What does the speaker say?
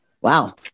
Wow